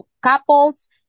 couples